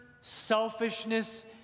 selfishness